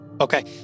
Okay